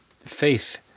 Faith